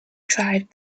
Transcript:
drive